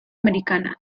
americana